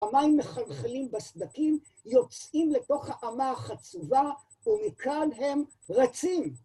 המים מחלחלים בסדקים, יוצאים לתוך האמה החצובה, ומכאן הם רצים.